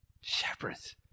Shepherds